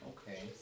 Okay